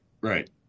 Right